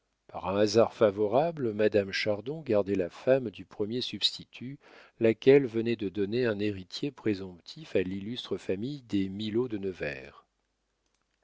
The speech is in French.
un hasard favorable madame chardon gardait la femme du premier substitut laquelle venait de donner un héritier présomptif à l'illustre famille des milaud de nevers